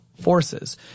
forces